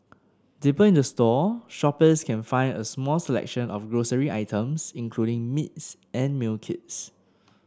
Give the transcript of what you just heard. deeper in the store shoppers can find a small selection of grocery items including meats and meal kits